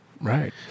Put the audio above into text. right